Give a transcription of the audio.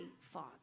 fought